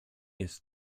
jest